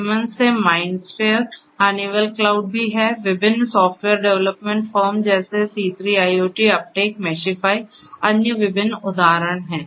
siemens से MindSphere Honeywell cloud भी है विभिन्न सॉफ्टवेयर डेवलपमेंट फर्म जैसे C3IoTअपटेक मेशिफाइ अन्य विभिन्न उदाहरण हैं